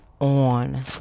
on